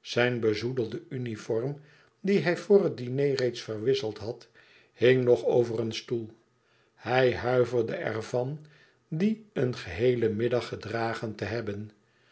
zijn bezoedelde uniform dien hij vr het diner reeds verwisseld had hing nog over een stoel hij huiverde ervan dien een geheelen middag gedragen te hebben